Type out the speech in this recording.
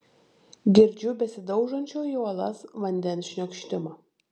girdžiu besidaužančio į uolas vandens šniokštimą